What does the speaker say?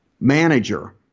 manager